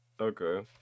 okay